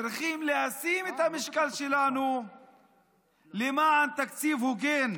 צריכים לשים את המשקל שלנו למען תקציב הוגן,